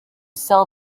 sell